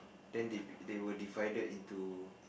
then they they were divided into